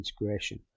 integration